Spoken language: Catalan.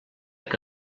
que